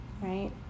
right